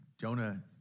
Jonah